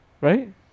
right